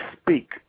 speak